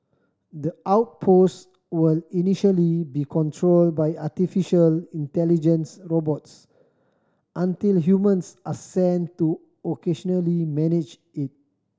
the outpost will initially be controlled by artificial intelligence robots until humans are sent to occasionally manage it